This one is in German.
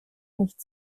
nicht